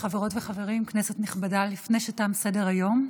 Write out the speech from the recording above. חברות וחברים, כנסת נכבדה, לפני שתם סדר-היום,